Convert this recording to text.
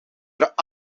dat